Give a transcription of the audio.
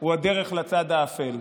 הוא הדרך לצד האפל.